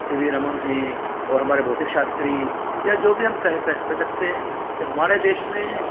सी V Raman हैं और हमारे भौतिक शास्त्री या जो भी हम कहें श कह सकते हैं कि हमारे देश में